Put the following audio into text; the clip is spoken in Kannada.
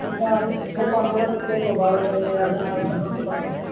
ಇನ್ನ ಸ್ವಲ್ಪ ನೋಡೋಂತ ಪ್ಲೇಸು ಭಾಳ ಇದಾವೆ ಎರಡು ದಿನ ಆಗುತ್ತೆ ಅಂದರೂನು ಪರವಾಗಿಲ್ಲ